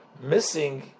missing